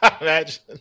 Imagine